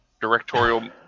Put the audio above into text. directorial